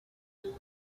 does